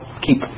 keep